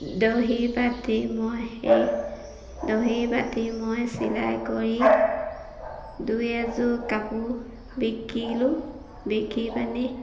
দহি বাতি মই সেই দহি পাতি মই চিলাই কৰি দুই এযোৰ কাপোৰ বিকিলোঁ বিকি পেনি